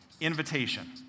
invitation